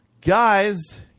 guys